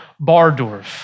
Bardorf